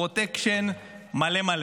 פרוטקשן מלא מלא.